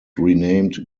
renamed